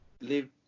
live